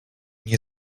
nie